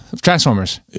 transformers